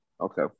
Okay